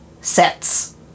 sets